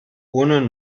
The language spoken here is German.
ohne